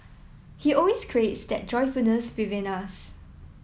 he always creates that joyfulness within us